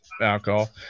alcohol